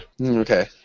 Okay